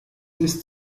ist